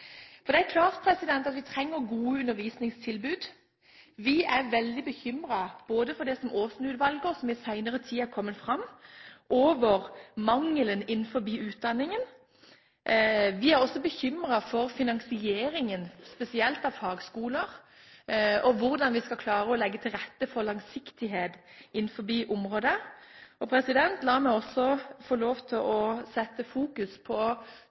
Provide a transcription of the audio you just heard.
Det er klart at vi trenger gode undervisningstilbud. Vi er veldig bekymret for det som Aasen-utvalget kom fram til, og det som i senere tid har kommet fram om mangelen innenfor utdanningen. Vi er også bekymret for finansieringen, spesielt av fagskoler, og hvordan vi skal klare å legge til rette for langsiktighet innenfor området. La meg også få lov til å sette fokus på